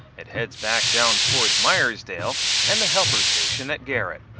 it heads back down towards myersdale and the helper station that garrett.